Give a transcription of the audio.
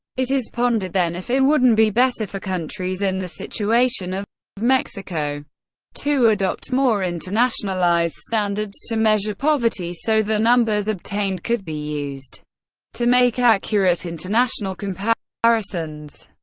it is pondered then if it wouldn't be better for countries in the situation of mexico to adopt more internationalized standards to measure poverty so the numbers obtained could be used to make accurate international comparisons.